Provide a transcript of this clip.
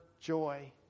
joy